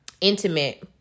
intimate